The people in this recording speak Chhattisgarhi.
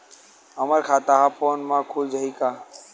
हमर खाता ह फोन मा खुल जाही?